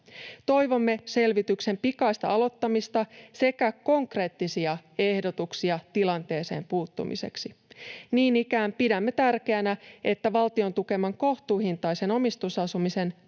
Toivomme selvityksen pikaista aloittamista sekä konkreettisia ehdotuksia tilanteeseen puuttumiseksi. Niin ikään pidämme tärkeänä, että valtion tukeman kohtuuhintaisen omistusasumisen mallin